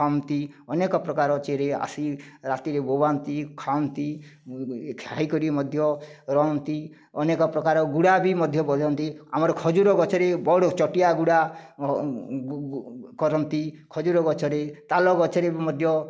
ଖାଆନ୍ତି ଅନେକ ପ୍ରକାର ଚିଡ଼ିଆ ଆସି ରାତିରେ ବୋବାନ୍ତି ଖାଆନ୍ତି ଖାଇକରି ମଧ୍ୟ ରୁହନ୍ତି ଅନେକ ପ୍ରକାର ଗୁଡ଼ା ବି ମଧ୍ୟ ବଜାନ୍ତି ଆମର ଖଜୁର ଗଛରେ ବଡ଼ ଚଟିଆ ଗୁଡ଼ା କରନ୍ତି ଖଜୁର ଗଛରେ ତାଲ ଗଛରେ ମଧ୍ୟ